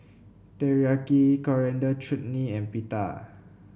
Teriyaki Coriander Chutney and Pita